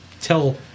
tell